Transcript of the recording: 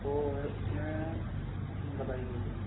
वो है उस में बताइए बताइए